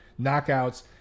knockouts